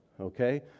okay